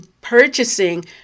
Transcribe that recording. purchasing